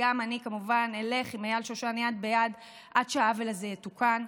וגם אני כמובן אלך עם אייל שושן יד ביד עד שהעוול הזה יתוקן.